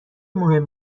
مهم